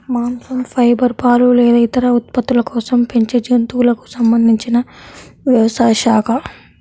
మాంసం, ఫైబర్, పాలు లేదా ఇతర ఉత్పత్తుల కోసం పెంచే జంతువులకు సంబంధించిన వ్యవసాయ శాఖ